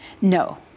No